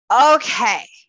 okay